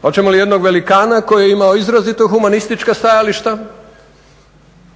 Hoćemo li jednog velikana koji je imao izrazito humanistička stajališta,